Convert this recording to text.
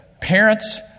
parents